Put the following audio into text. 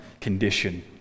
condition